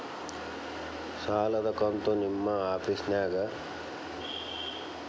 ಸಾಲದ ಕಂತು ನಿಮ್ಮ ಆಫೇಸ್ದಾಗ ಕಟ್ಟಬಹುದೇನ್ರಿ?